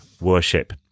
worship